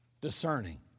Discerning